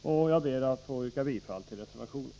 Jag ber att få yrka bifall till reservation 2.